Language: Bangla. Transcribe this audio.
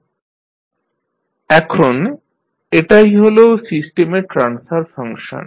ytutGsbmsmbm 1sm 1b1sb0snan 1sn 1a1sa0 এখন এটাই হল সিস্টেমের ট্রান্সফার ফাংশন